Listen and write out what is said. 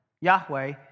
Yahweh